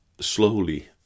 slowly